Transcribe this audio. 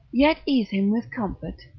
yet ease him with comfort,